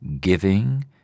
giving